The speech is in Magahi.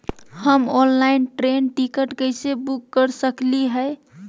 हम ऑनलाइन ट्रेन टिकट कैसे बुक कर सकली हई?